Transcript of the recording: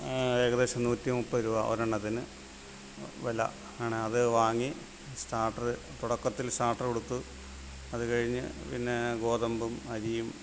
ഏകദേശം നൂറ്റി മുപ്പത് രൂപ ഒരെണ്ണത്തിന് വില ആണ് അത് വാങ്ങി സ്റ്റാർട്ടറ് തുടക്കത്തിൽ സ്റ്റാർട്ടറ് കൊടുത്ത് അത് കഴിഞ്ഞ് പിന്നെ ഗോതമ്പും അരിയും